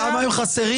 למה הם חסרים?